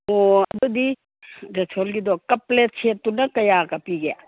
ꯑꯣ ꯑꯗꯨꯗꯤ ꯂꯦꯁꯣꯜꯒꯤꯗꯣ ꯀꯞ ꯄ꯭ꯂꯦꯠ ꯁꯦꯠꯇꯨꯅ ꯀꯌꯥꯒ ꯄꯤꯒꯦ